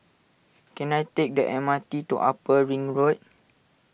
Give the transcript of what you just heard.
can I take the M R T to Upper Ring Road